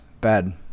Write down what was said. Bad